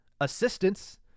assistance